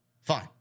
fine